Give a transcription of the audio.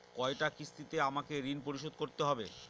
কয়টা কিস্তিতে আমাকে ঋণ পরিশোধ করতে হবে?